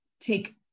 take